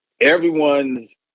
Everyone's